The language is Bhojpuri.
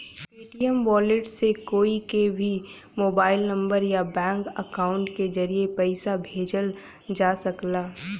पेटीएम वॉलेट से कोई के भी मोबाइल नंबर या बैंक अकाउंट के जरिए पइसा भेजल जा सकला